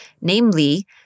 namely